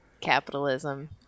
capitalism